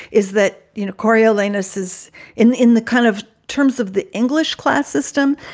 is that, you know, coriolanus is in in the kind of terms of the english class system.